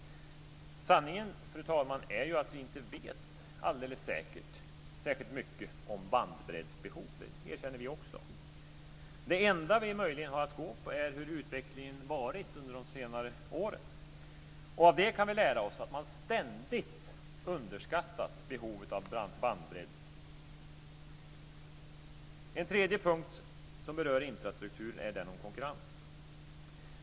Sanningen, fru talman, är att vi inte vet särskilt mycket om behovet av bandbredd. Det erkänner vi också. Det enda vi möjligen har att gå på är hur utvecklingen har varit under senare år. Av det kan vi lära oss att man ständigt underskattat behovet av bandbredd. En tredje punkt som berör infrastrukturen är konkurrens.